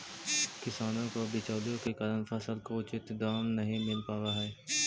किसानों को बिचौलियों के कारण फसलों के उचित दाम नहीं मिल पावअ हई